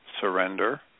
surrender